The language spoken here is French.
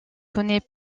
connaît